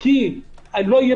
אז קודם כל,